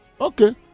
Okay